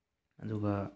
ꯑꯗꯨꯒ